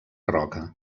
roca